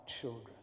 children